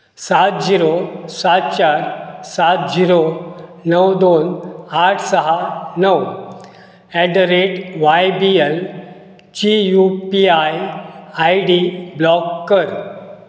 सात झिरो सात चार सात झिरो णव दोन आठ स णव at the rate Y B एलची U P I I D block कर